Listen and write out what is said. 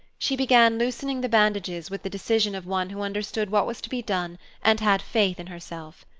she began loosening the bandages with the decision of one who understood what was to be done and had faith in herself.